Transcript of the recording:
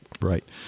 right